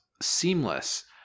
seamless